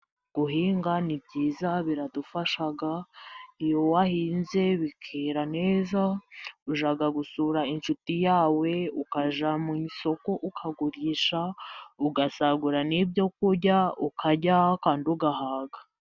Guhinga ni byiza biradufasha iyo wahinze bikera neza, ujya gusura inshuti yawe ukajya mu isoko ukagurisha ugasagura n'ibyo kurya ukarya kandi ugahaga.